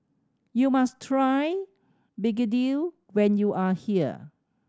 you must try begedil when you are here